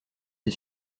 des